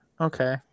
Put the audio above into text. Okay